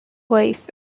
life